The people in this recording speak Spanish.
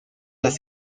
las